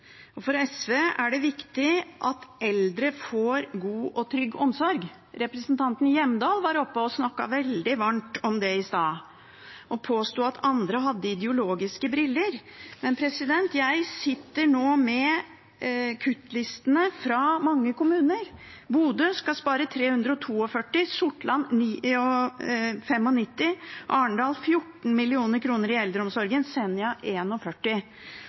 på. For SV er det viktig at eldre får god og trygg omsorg. Representanten Hjemdal var oppe og snakket veldig varmt om det i stad, og hun påsto at andre hadde ideologiske briller på. Men jeg sitter nå med kuttlistene fra mange kommuner. Bodø skal spare 342 mill. kr, Sortland 95 mill. kr, Arendal 14 mill. kr i eldreomsorgen, og Senja